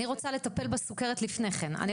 אני רוצה לטפל בסוכרת לפני כן,